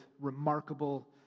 remarkable